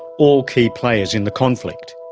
all key players in the conflict.